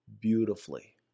beautifully